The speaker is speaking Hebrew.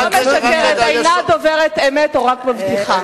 לא משקרת, איננה דוברת אמת או רק מבטיחה.